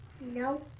No